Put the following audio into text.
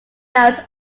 lines